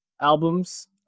albums